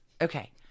Okay